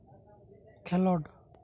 ᱠᱷᱮᱞᱳᱰ